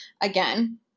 again